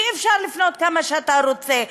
אי-אפשר לבנות כמה שאתה רוצה,